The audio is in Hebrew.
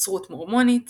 נצרות מורמונית